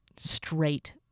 straight